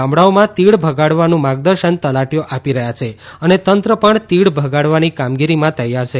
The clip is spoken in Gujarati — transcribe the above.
ગામડાઓમાં તીડ ભગાડવાનું માર્ગદર્શન તલાટીઓ આપી રહ્યા છે અને તંત્ર પણ તીડ ભગાડવાની કામગીરીમાં તૈયાર છે